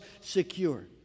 secure